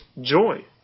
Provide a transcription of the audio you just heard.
joy